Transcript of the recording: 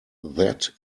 that